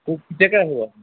কেতিয়াকৈ আহিব